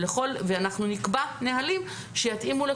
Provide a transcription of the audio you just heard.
ואנחנו נקבע נהלים שיתאימו לכולם,